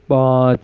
پانچ